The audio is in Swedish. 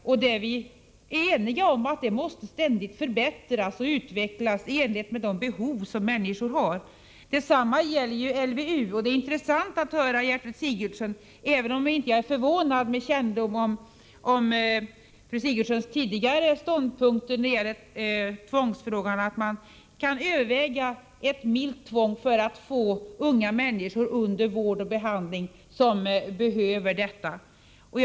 Vi är eniga om att socialtjänsten ständigt måste förbättras och utvecklas i enlighet med de behov som människorna har. Detsamma gäller LVU. Det är intressant att höra Gertrud Sigurdsen säga — även om jag med kännedom om fru Sigurdsens tidigare ståndpunkt i tvångsfrågan inte är förvånad — att man kan överväga ett milt tvång för att få unga människor som är i behov därav under vård och behandling.